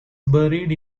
buried